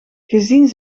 gezien